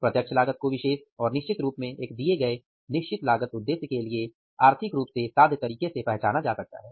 प्रत्यक्ष लागत को विशेष और निश्चित रूप में एक दिए गए निश्चित लागत उद्देश्य के लिए आर्थिक रूप से साध्य तरीके से पहचाना जा सकता है